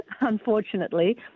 unfortunately